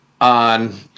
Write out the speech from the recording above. on